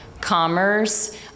commerce